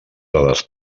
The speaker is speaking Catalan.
dades